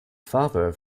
farther